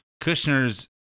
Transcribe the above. Kushner's